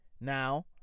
Now